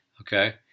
Okay